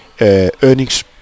earnings